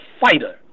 fighter